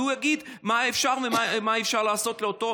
והוא יגיד מה אפשר ומה אי-אפשר לעשות לאותה